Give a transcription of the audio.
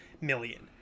million